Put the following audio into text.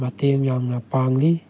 ꯃꯇꯦꯡ ꯌꯥꯝꯅ ꯄꯥꯡꯂꯤ